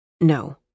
No